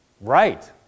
right